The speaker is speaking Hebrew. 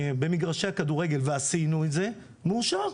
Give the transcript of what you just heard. במגרשי הכדורגל, ועשינו את זה, מאושר.